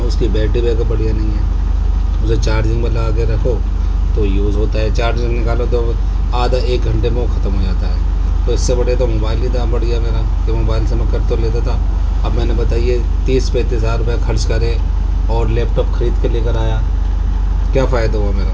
اس کی battery backup بڑھیا نہیں ہے اسے چارجنگ میں لگا کے رکھو تو یوز ہوتا ہے چارجنگ نکالو تو آدھا ایک گھنٹے میں وہ ختم ہو جاتا ہے تو اس سے بڑھیا تو موبائل ہی تھا بڑھیا میرا کہ موبائل سے میں کر تو لیتا تھا اب میں نے بتائیے تیس پینتیس ہزار روپئے خرچ کرے اور لیپٹاپ خرید کر لے کر آیا کیا فائدہ ہوا میرا